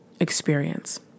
experience